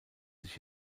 sich